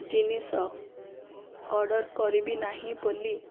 ଜିନିଷ ଅର୍ଡ଼ର କରିବି ନାହିଁ ବୋଲି